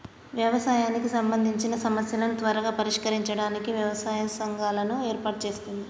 వ్యవసాయానికి సంబందిచిన సమస్యలను త్వరగా పరిష్కరించడానికి వ్యవసాయ సంఘాలను ఏర్పాటు చేస్తుంది